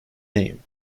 name